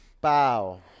bow